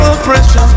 Pressure